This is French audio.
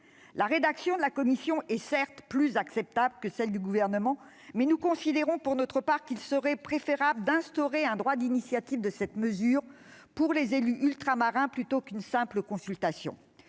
La rédaction de la commission est, certes, plus acceptable que celle du Gouvernement, mais nous considérons pour notre part qu'il serait préférable d'instaurer un droit d'initiative de cette mesure pour les élus ultramarins, et non une simple consultation.